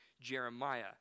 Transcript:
Jeremiah